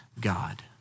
God